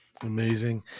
Amazing